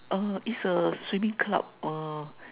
uh is a swimming club uh